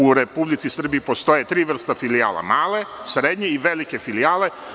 U Republici Srbiji postoje tri vrste filijala: male, srednje i velike filijale.